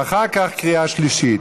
ואחר כך, קריאה שלישית.